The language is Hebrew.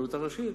הרבנות הראשית,